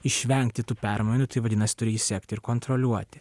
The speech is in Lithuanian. išvengti tų permainų tai vadinasi turi jį sekti ir kontroliuoti